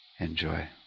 Enjoy